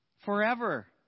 Forever